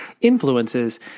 influences